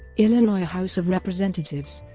illinois house of representatives